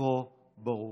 זכרו ברוך.